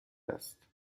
است